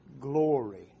glory